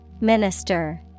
Minister